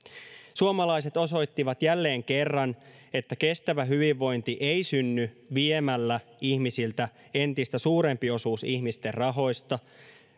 suomalaiset osoittivat jälleen kerran että kestävä hyvinvointi ei synny viemällä ihmisiltä entistä suurempi osuus ihmisten rahoista